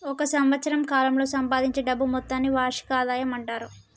ఒక సంవత్సరం కాలంలో సంపాదించే డబ్బు మొత్తాన్ని వార్షిక ఆదాయం అంటారు